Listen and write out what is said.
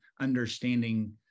understanding